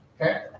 Okay